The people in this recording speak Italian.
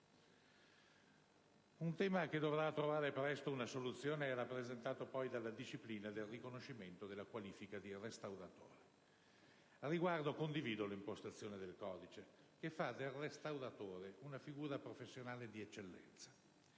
Un tema che dovrà trovare presto una soluzione è rappresentato poi dalla disciplina del riconoscimento della qualifica di restauratore. Al riguardo, condivido l'impostazione del codice, che fa del restauratore una figura professionale di eccellenza,